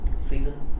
season